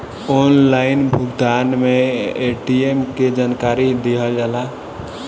Online भुगतान में ATM के जानकारी दिहल जाला?